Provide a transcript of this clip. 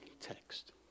text